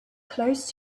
close